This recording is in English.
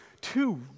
two